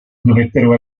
dovettero